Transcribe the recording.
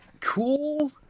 Cool